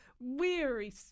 weary